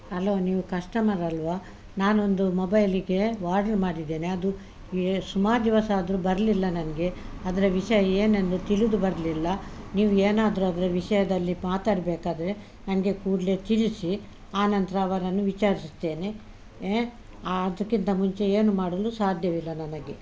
hello ನೀವು customer ಅಲ್ಲವಾ ನಾನೊಂದು ಮೊಬೈಲಿಗೆ ವಾರ್ಡ್ರ್ ಮಾಡಿದ್ದೇನೆ ಅದು ಏ ಸುಮಾರು ದಿವಸ ಆದರು ಬರಲಿಲ್ಲ ನನಗೆ ಅದರ ವಿಷಯ ಏನನ್ನು ತಿಳಿದು ಬರಲಿಲ್ಲ ನೀವು ಏನಾದರು ಅದರ ವಿಷಯದಲ್ಲಿ ಮಾತಾಡ್ಬೇಕಾದರೆ ನನಗೆ ಕೂಡಲೇ ತಿಳಿಸಿ ಆ ನಂತತ ಅವರನ್ನು ವಿಚಾರಿಸುತ್ತೇನೆ ಆದಕ್ಕಿಂತ ಮುಂಚೆ ಏನು ಮಾಡಲು ಸಾಧ್ಯವಿಲ್ಲ ನನಗೆ